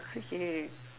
okay